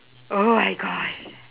oh my god